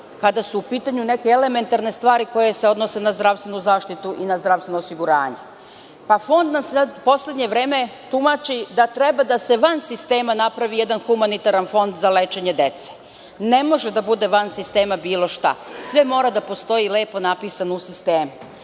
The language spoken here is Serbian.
kada su u pitanju neke elementarne stvari koje se odnose na zdravstvenu zaštitu i na zdravstveno osiguranje. Fond u poslednje vreme tumači da treba da se van sistema napravi jedan humanitarni fond za lečenje dece. Ne može da bude van sistema bilo šta. Sve mora da postoji lepo napisano u sistemu. Onda